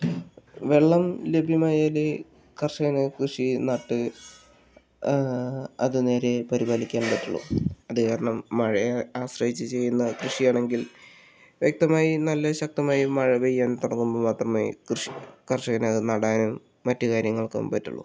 വെള്ളം ലഭ്യമായാലേ കർഷകന് കൃഷി നട്ട് അത് നേരെ പരിപാലിക്കാൻ പറ്റുകയുളളൂ അത് കാരണം മഴയെ ആശ്രയിച്ച് ചെയ്യുന്ന കൃഷി ആണെങ്കിൽ വ്യക്തമായും നല്ല ശക്തമായ മഴ പെയ്യാൻ തുടങ്ങുമ്പോൾ മാത്രമേ കർഷകന് അത് നടാനും മറ്റ് കാര്യങ്ങൾക്കും പറ്റുള്ളൂ